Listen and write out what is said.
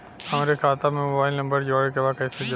हमारे खाता मे मोबाइल नम्बर जोड़े के बा कैसे जुड़ी?